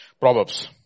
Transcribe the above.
Proverbs